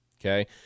Okay